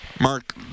Mark